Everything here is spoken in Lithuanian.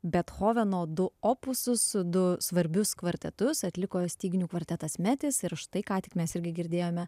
bethoveno du opusus du svarbius kvartetus atliko styginių kvartetas metis ir štai ką tik mes irgi girdėjome